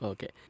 Okay